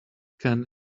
can